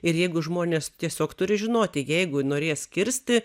ir jeigu žmonės tiesiog turi žinoti jeigu norės kirsti